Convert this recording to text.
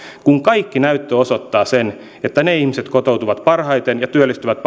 kun kaikki näyttö osoittaa sen että parhaiten kotoutuvat ja työllistyvät